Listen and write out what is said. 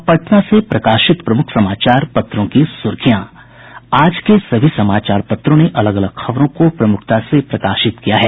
अब पटना से प्रकाशित प्रमुख समाचार पत्रों की सुर्खियां आज के सभी समाचार पत्रों ने अलग अलग खबरों को प्रमुखता से प्रकाशित किया है